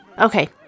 Okay